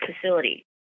facility